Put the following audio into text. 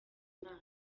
imana